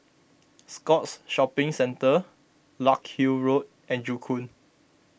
Scotts Shopping Centre Larkhill Road and Joo Koon